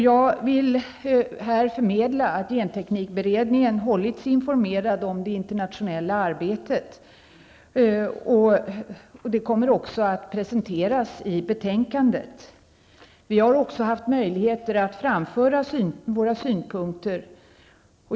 Jag vill här förmedla att genteknikberedningen hållits informerad om det internationella arbetet, och det kommer att presenteras i betänkandet. Vi har också haft möjligheter att framföra våra synpunkter.